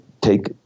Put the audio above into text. take